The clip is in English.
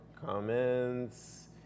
comments